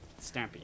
Stampy